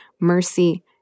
mercy